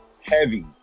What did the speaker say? heavy